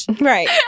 Right